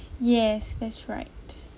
yes that's right